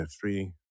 three